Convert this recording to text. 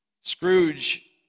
Scrooge